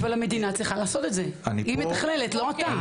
אבל המדינה צריכה לעשות את זה, היא מתכללת לא אתה.